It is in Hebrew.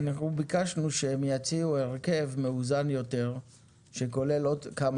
ביקשנו שהם יציעו הרכב מאוזן יותר שכולל עוד כמה